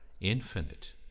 infinite